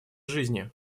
жизни